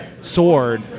sword